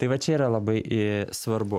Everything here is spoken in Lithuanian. tai va čia yra labai ė svarbu